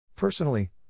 Personally